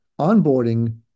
onboarding